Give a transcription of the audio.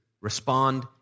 respond